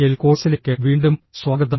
L കോഴ്സിലേക്ക് വീണ്ടും സ്വാഗതം